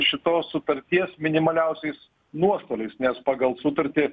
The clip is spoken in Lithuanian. šitos sutarties minimaliausiais nuostoliais nes pagal sutartį